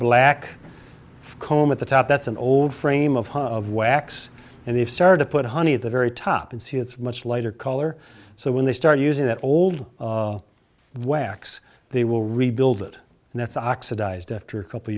black comb at the top that's an old frame of of wax and they've started to put honey at the very top and see it's much lighter color so when they start using that old whacks they will rebuild it and that's